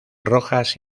rojas